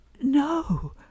no